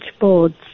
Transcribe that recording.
boards